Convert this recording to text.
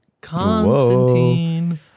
Constantine